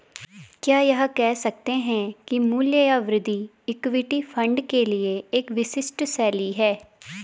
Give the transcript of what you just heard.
क्या यह कह सकते हैं कि मूल्य या वृद्धि इक्विटी फंड के लिए एक विशिष्ट शैली है?